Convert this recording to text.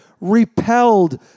repelled